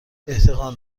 احتقان